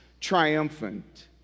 triumphant